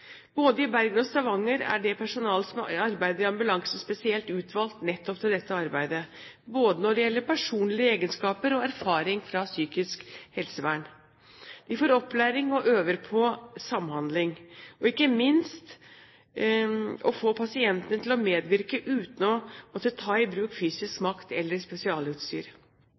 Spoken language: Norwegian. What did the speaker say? Både i Bergen og Stavanger er personalet som arbeider i ambulansen, spesielt utvalgt nettopp til dette arbeidet, både når det gjelder personlige egenskaper og erfaring fra psykisk helsevern. De får opplæring og øver på samhandling, ikke minst for å få pasienten til å medvirke uten å måtte ta i bruk fysisk makt eller spesialutstyr.